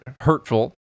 hurtful